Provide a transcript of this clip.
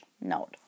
Note